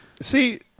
See